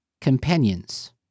companions